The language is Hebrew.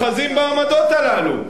אוחזים בעמדות הללו.